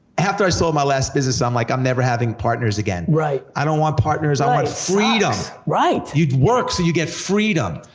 after i sold my last business, i'm like, i'm never having partners again. right. i don't want partners, i want freedom. right! you work so you get freedom.